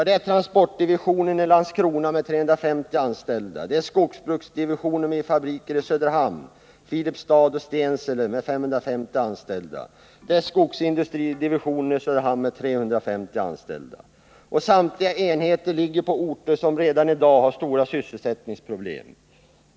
Det är transportdivisionen i Landskrona med 350 anställda, det är skogsbruksdivisionen med fabriker i Söderhamn, Filipstad och Stensele med 550 anställda och det är skogsindustridivisionen i Söderhamn med 350 anställda. Samtliga enheter ligger på orter som redan i dag har stora sysselsättningsproblem.